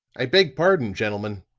i beg pardon, gentlemen,